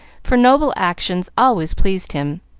for noble actions always pleased him.